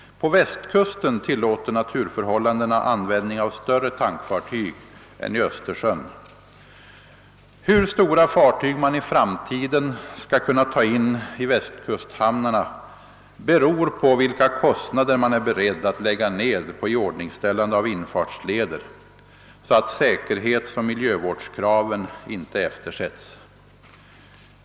På Västkusten tillåter naturförhållandena användning av större tankfartyg än i Östersjön. Hur stora fartyg man i framtiden skall kunna ta in i Västkusthamnarna beror på vilka kostnader man är beredd att lägga ned på iordningställande av infartsleder så att säkerhetsoch miljövårdskraven inte eftersätts.